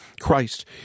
Christ